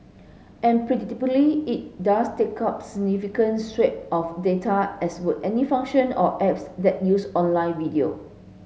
and predictably it does take up significant swath of data as would any function or apps that use online video